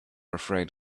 afraid